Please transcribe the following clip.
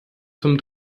zum